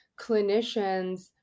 clinicians